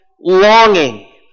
Longing